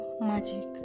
magic